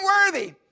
unworthy